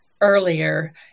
earlier